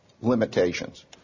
limitations